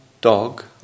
dog